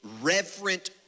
reverent